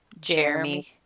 Jeremy